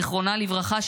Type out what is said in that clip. זיכרונה לברכה,